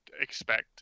expect